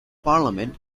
parliament